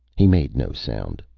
he made no sound.